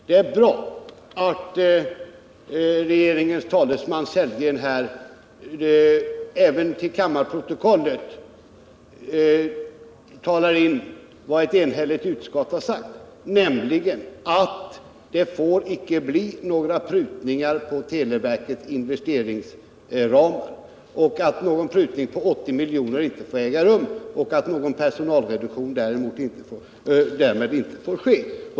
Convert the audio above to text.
Det är bra att regeringens talesman, herr Sellgren, även för kammarprotokollet redovisar vad ett enhälligt utskott har uttalat, nämligen att det icke får bli några prutningar på televerkets investeringsramar, att någon neddragning av dessa med 80 miljoner inte får äga rum och att någon personalreduktion därmed inte får ske.